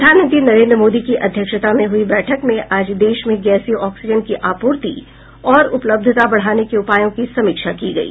प्रधानमंत्री नरेंद्र मोदी की अध्यक्षता में हुई बैठक में आज देश में गैसीय ऑक्सीजन की आपूर्ति और उपलब्धता बढाने के उपायों की समीक्षा की गई